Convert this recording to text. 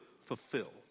fulfill